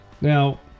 Now